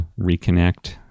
reconnect